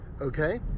Okay